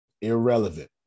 Irrelevant